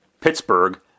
Pittsburgh